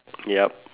yup